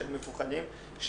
שמפחדים,